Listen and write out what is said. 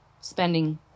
spending